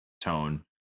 Tone